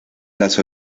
las